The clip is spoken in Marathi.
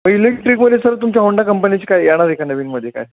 मग इलेक्ट्रिकमध्ये सर तुमच्या होंडा कंपनीची काय येणार आहे का नवीनमध्ये काय